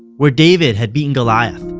where david had beaten goliath,